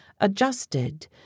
adjusted